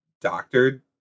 doctored